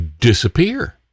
disappear